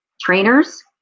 trainers